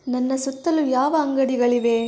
ನನ್ನ ಸುತ್ತಲೂ ಯಾವ ಅಂಗಡಿಗಳಿವೆ